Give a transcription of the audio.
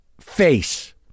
face